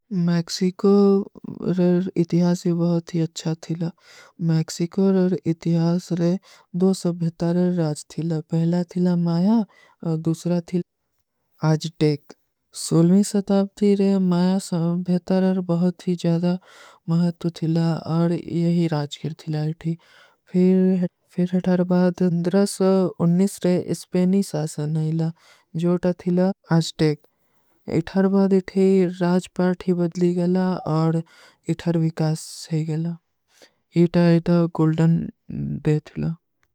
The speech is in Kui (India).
ମୈକ୍ସୀକୋ ରର ଇତିହାସ ହୀ ବହୁତ ହୀ ଅଚ୍ଛା ଥିଲା, ମୈକ୍ସୀକୋ ରର ଇତିହାସ ରେ ଦୋ ସବ୍ଭେତାର ରର ରାଜ ଥିଲା, ପହଲା ଥିଲା ମାଯା, ଦୂସରା ଥିଲା ଆଜଡେକ, ସୂଲ୍ମୀ ସତାପ ଥୀ ରେ ମାଯା ସବ୍ଭେତାର ରର ବହୁତ ହୀ ଜ୍ଯାଦା ମହତ୍ତୁ ଥିଲା, ଔର ଯହୀ ରାଜକିର ଥିଲା ଇଠୀ, ଫିର ହିଠାର ବାଦ ଦ୍ରସ ଉନନୀସ ରେ ସ୍ପେନୀ ସାସନ ହୈ ଲା, ଜୋ ତା ଥିଲା ଆଜଡେକ, ହିଠାର ବାଦ ଇଠୀ ରାଜ ପାର୍ଥୀ ବଦଲୀ ଗଯା ଲା, ଔର ହିଠାର ଵିକାସ ହୈ ଗଯା ଲା, ଇତା ଇତା ଗୁଲ୍ଡନ ଦେ ଥିଲା।